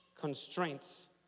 Constraints